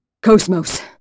Cosmos